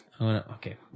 Okay